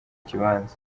kibanza